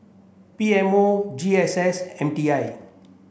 P M O G S S M T I